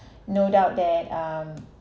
no doubt that um